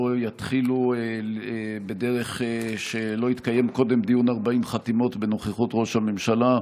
יתחילו בדרך שלא יתקיים קודם דיון 40 חתימות בנוכחות ראש הממשלה,